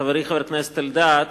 חברי חבר הכנסת אלדד,